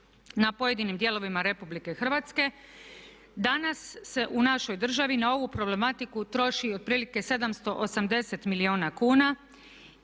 na pojedinim dijelovima Republike Hrvatske. Danas se u našoj državi na ovu problematiku troši otprilike 780 milijuna kuna